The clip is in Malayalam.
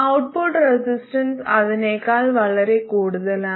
ഔട്ട്പുട്ട് റെസിസ്റ്റൻസ് അതിനേക്കാൾ വളരെ കൂടുതലാണ്